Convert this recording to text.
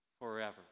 forever